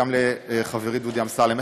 גם לחברי דודי אמסלם.